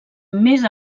més